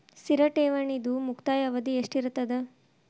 ಸ್ಥಿರ ಠೇವಣಿದು ಮುಕ್ತಾಯ ಅವಧಿ ಎಷ್ಟಿರತದ?